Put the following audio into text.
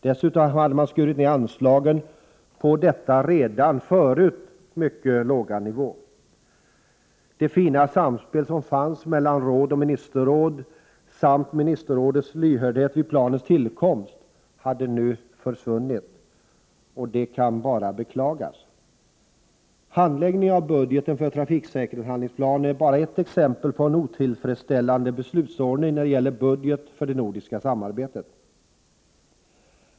Dessutom hade man skurit ner anslagen från den redan förut mycket låga nivån. Det fina samspel som fanns mellan råd och ministerråd samt ministerrådets lyhördhet vid planens tillkomst hade nu försvunnit. Detta kan bara beklagas. Handläggningen av budgeten för trafiksäkerhetshandlingsplanen är bara ett exempel på en otillfredsställande beslutsordning när det gäller budgeten för det nordiska samarbetet.